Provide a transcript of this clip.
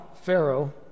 Pharaoh